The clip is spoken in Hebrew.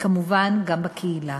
וכמובן גם בקהילה.